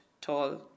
tall